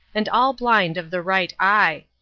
and all blind of the right eye.